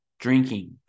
Drinking